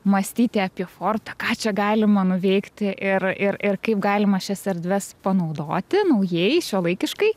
mąstyti apie fortą ką čia galima nuveikti ir ir ir kaip galima šias erdves panaudoti naujai šiuolaikiškai